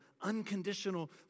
unconditional